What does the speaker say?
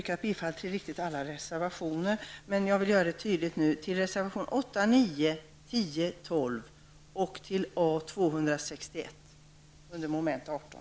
Jag yrkar således bifall till reservationerna 8, 9, 10 och 12 samt till motion